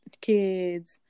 kids